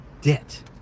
debt